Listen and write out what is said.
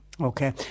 Okay